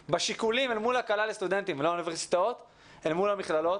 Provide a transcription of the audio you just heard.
בשיקולים אל מול הקלה לסטודנטים ולאוניברסיטאות אל מול המכללות,